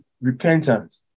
repentance